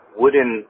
wooden